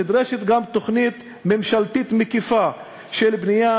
נדרשת גם תוכנית ממשלתית מקיפה של בנייה